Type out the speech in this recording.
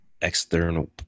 external